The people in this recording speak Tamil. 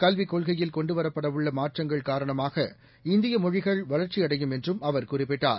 கல்விக் கொள்கையில் கொண்டுவரப்படஉள்ளமாற்றங்கள்காரணமாக இந்தியமொழிகள் வளர்ச்சியடையும்என்றும்அவர்குறிப்பிட்டார்